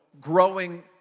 growing